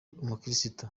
umukirisitu